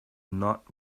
not